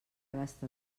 gasta